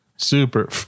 Super